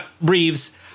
Reeves